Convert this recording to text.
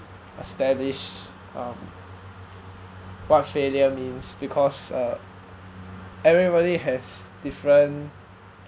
establish um what failure means because uh everybody has different